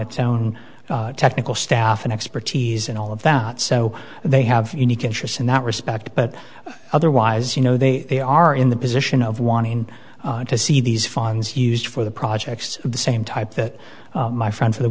it technical staff and expertise and all of that so they have unique interests in that respect but otherwise you know they are in the position of wanting to see these funds used for the projects of the same type that my friend for th